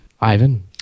Ivan